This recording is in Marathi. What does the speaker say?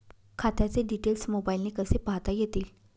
खात्याचे डिटेल्स मोबाईलने कसे पाहता येतील?